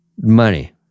money